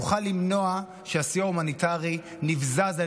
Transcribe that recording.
נוכל למנוע מהסיוע ההומניטרי להיבזז על